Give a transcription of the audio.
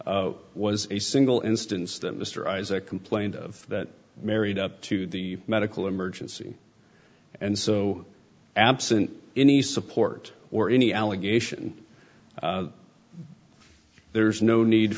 was a single instance that mr isaac complained of that married up to the medical emergency and so absent any support or any allegation there's no need